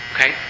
Okay